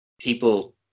People